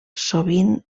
sovint